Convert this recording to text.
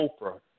Oprah